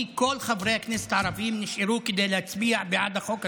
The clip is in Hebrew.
נשארו כדי להצביע בעד החוק הזה,